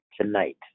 tonight